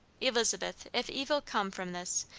elizabeth, if evil come from this,